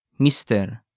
Mr